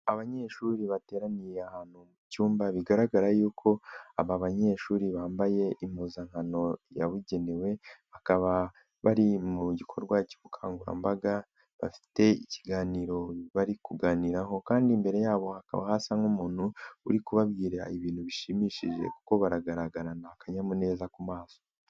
Abanyeshuri bateraniye ahantu mu cyumba bigaragara yuko aba banyeshuri bambaye impuzankano yabugenewe. Bakaba bari mu gikorwa cy'ubukangurambaga. Bafite ikiganiro bari kuganiraho kandi imbere yabo hakaba hasa nk'umuntu uri kubabwira ibintu bishimishije kuko baragaragarana akanyamuneza ku maso.